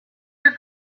your